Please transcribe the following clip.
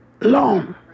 Long